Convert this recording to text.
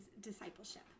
discipleship